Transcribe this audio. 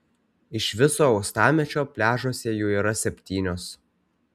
iš viso uostamiesčio pliažuose jų yra septynios